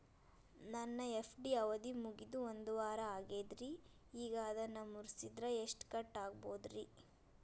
ನನ್ನ ಎಫ್.ಡಿ ಅವಧಿ ಮುಗಿದು ಒಂದವಾರ ಆಗೇದ್ರಿ ಈಗ ಅದನ್ನ ಮುರಿಸಿದ್ರ ಎಷ್ಟ ಕಟ್ ಆಗ್ಬೋದ್ರಿ?